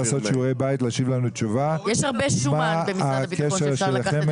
לעשות שיעורי בית ולהשיב לנו תשובה מה הקשר שלכם